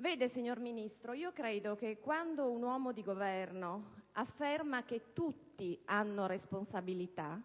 Vede, signor Ministro, io credo che quando un uomo di Governo afferma che tutti hanno responsabilità